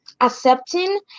accepting